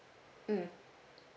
mm